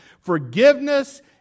forgiveness